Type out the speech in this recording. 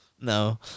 No